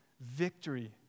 victory